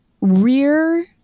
rear